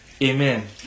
Amen